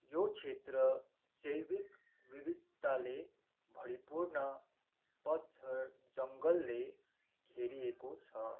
यो क्षेत्र जैविक विविधताले भरिपूर्ण पतझर जङ्गलले घेरिएको छ